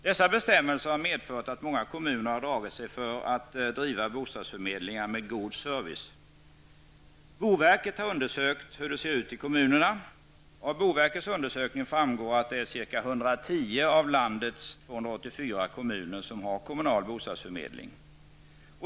Dessa bestämmelser har medfört att många kommuner har dragit sig för att driva bostadsförmedlingar med god service. Boverket har undersökt hur det ser ut i kommunerna. Av boverkets undersökning framgår att det är ca 110 av landets 284 kommuner som har kommunal bostadsförmedling.